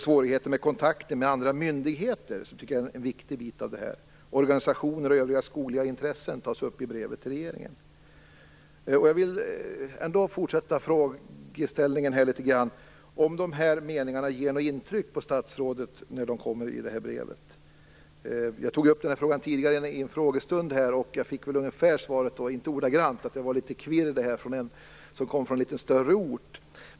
Svårigheten med kontakten med andra myndigheter tas upp, och det tycker jag är en viktig del av detta. Organisationer och övriga skogliga intressen tas också upp i brevet till regeringen. Jag vill ändå fortsätta med att fråga om meningarna i detta brev gör något intryck på statsrådet. Jag tog upp denna fråga tidigare i en frågestund, och fick svaret, om än inte ordagrant, att detta var litet kvirr från en som kommer från en större ort.